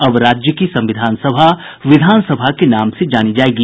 अब राज्य की संविधान सभा विधान सभा के नाम से जानी जायेगी